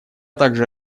также